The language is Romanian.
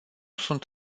sunt